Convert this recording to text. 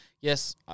yes